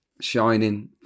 shining